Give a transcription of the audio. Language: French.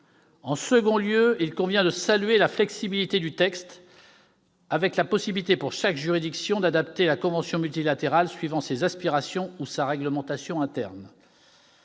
En second lieu, il convient de saluer la flexibilité du texte avec la possibilité, pour chaque juridiction, d'adapter la convention multilatérale suivant ses aspirations ou sa réglementation interne.